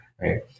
right